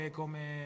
come